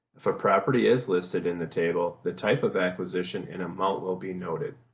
if a property is listed in the table, the type of acquisition and amount will be noted.